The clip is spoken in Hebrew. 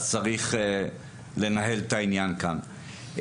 אז צריך לנהל את העניין כאן.